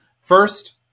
First